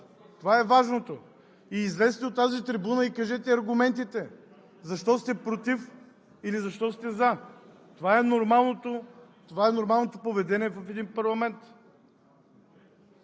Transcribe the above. Това е важното! Излезте на тази трибуна и кажете аргументите защо сте „против“ или защо сте „за“? Това е нормалното поведение в един парламент.